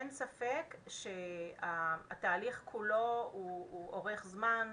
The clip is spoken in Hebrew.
אין ספק שהתהליך כולו הוא אורך זמן,